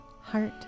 heart